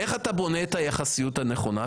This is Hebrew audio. איך אתה בונה את היחסיות הנכונה?